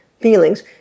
feelings